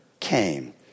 came